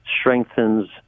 strengthens